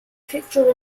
picture